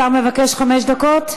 השר מבקש חמש דקות?